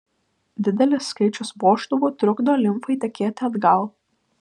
didelis skaičius vožtuvų trukdo limfai tekėti atgal